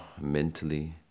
mentally